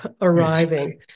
arriving